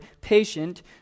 patient